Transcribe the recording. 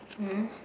hmm